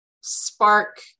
spark